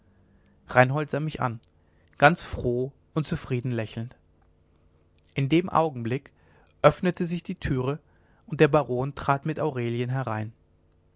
reinhold sah mich an ganz froh und zufrieden lächelnd in dem augenblick öffnete sich die türe und der baron trat mit aurelien herein